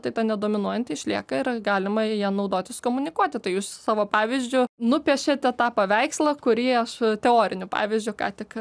tai ta nedominuojanti išlieka ir galima ja naudotis komunikuoti tai jūs savo pavyzdžiu nupiešiete tą paveikslą kurį aš teoriniu pavyzdžiu ką tik